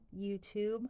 YouTube